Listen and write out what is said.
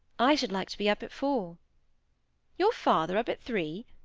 i should like to be up at four your father up at three!